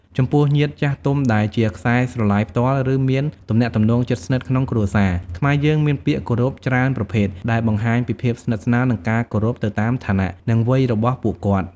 ចំពោះញាតិចាស់ទុំដែលជាខ្សែស្រឡាយផ្ទាល់ ឬមានទំនាក់ទំនងជិតស្និទ្ធក្នុងគ្រួសារ ខ្មែរយើងមានពាក្យគោរពច្រើនប្រភេទ ដែលបង្ហាញពីភាពស្និទ្ធស្នាល និងការគោរពទៅតាមឋានៈ និងវ័យរបស់ពួកគាត់។